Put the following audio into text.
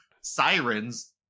sirens